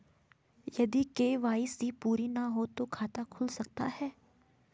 यदि के.वाई.सी पूरी ना हो तो खाता खुल सकता है?